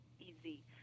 easy